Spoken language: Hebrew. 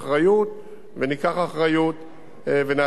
וניקח אחריות ונעשה את הדברים האלה.